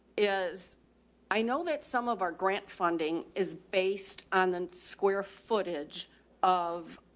is i know that some of our grant funding is based on the square footage of,